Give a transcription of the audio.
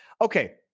Okay